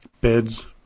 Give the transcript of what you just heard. beds